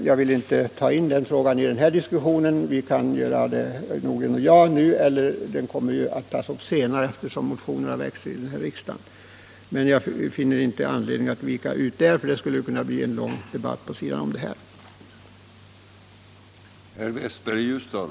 Jag vill inte ta in detta i den här diskussionen. Herr Nordgren och jag kan diskutera den senare; den kommer ju upp eftersom motioner har väckts i det ärendet. Jag finner emellertid inte anledning att nu vika ut på den punkten, för det skulle kunna bli en lång debatt vid sidan om det egentliga ämnet.